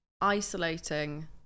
isolating